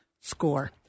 SCORE